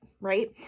right